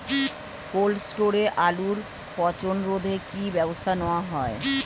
Cold স্টোরে আলুর পচন রোধে কি ব্যবস্থা নেওয়া হয়?